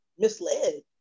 misled